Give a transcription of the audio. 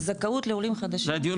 זכאות לעולים חדשים.